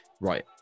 Right